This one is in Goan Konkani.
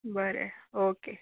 बरें ओके